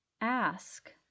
ask